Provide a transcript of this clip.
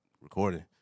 recording